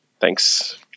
Thanks